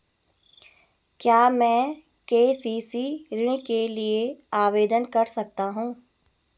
क्या मैं के.सी.सी ऋण के लिए आवेदन कर सकता हूँ?